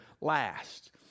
last